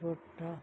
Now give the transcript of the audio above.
ਛੋਟਾ